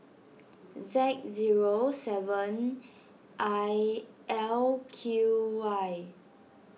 Z zero seven I L Q Y